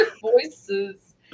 voices